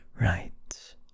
right